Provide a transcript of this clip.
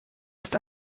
ist